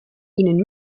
ihnen